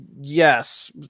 Yes